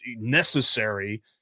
necessary